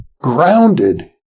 grounded